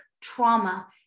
trauma